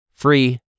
Free